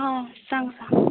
आं सांग